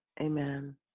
Amen